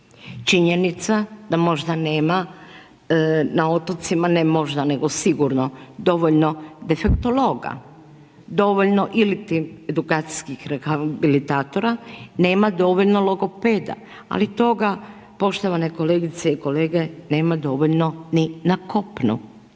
Činjenica da možda nema na otocima, ne možda nego sigurno dovoljno defektologa, dovoljno ili'ti edukacijskih rehabilitatora, nema dovoljno logopeda ali toga poštovane kolegice i kolege nema dovoljno ni na kopnu.